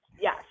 yes